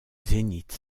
zénith